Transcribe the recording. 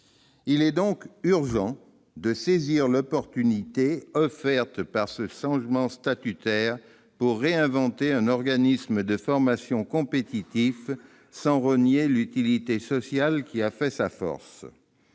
Il est donc urgent de saisir l'opportunité offerte par ce changement statutaire pour réinventer un organisme de formation compétitif sans renier l'utilité sociale qui a fait sa force.